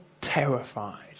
terrified